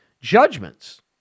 judgments